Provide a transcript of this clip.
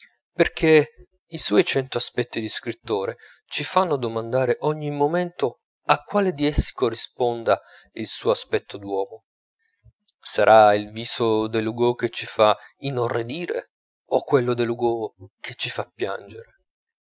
perchè i suoi cento aspetti di scrittore ci fanno domandare ogni momento a quale di essi corrisponda il suo aspetto d'uomo sarà il viso dell'hugo che ci fa inorridire o quello dell'hugo che ci fa piangere